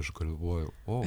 aš galvoju o